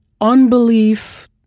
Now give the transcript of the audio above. unbelief